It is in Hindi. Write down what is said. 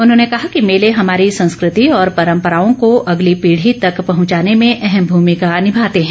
उन्होंने कहा कि मेले हमारी संस्कृति और परम्पराओं को अगली पीढ़ी तक पहुंचाने में अहम भूमिका निभाते हैं